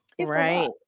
right